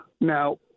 Now